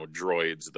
droids